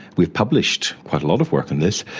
we've published quite a lot of work on this,